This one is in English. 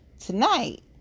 Tonight